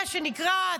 מה שנקרא,